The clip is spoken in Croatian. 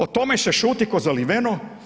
O tome se šuti kao zaliveno.